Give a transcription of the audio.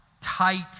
tight